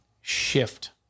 shift